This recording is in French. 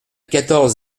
quatorze